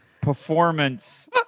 performance